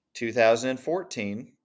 2014